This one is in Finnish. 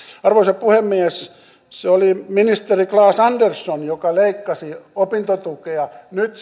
arvoisa puhemies se oli ministeri claes andersson joka leikkasi opintotukea nyt